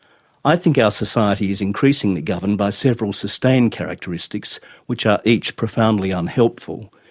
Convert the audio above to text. i think our society is increasingly governed by several sustained characteristics which are each profoundly unhelpful,